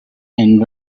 and